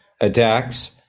attacks